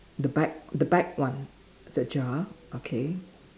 the back the back one ajar okay